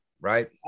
right